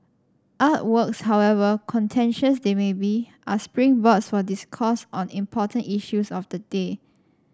artworks however contentious they may be are springboards for discourse on important issues of the day